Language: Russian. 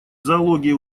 зоологии